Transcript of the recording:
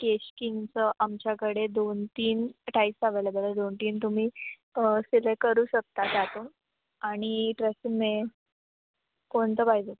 केशकींगचं आमच्याकडे दोन तीन टाईप्स अवेलेबल आहे दोन तीन तुम्ही सिलेक्ट करू शकता त्यातून आणि ट्रेसमे कोणतं पाहिजे तुम्हाला